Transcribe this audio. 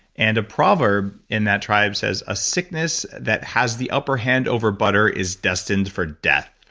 and a proverb in that tribe says, a sickness that has the upper hand over butter is destined for death.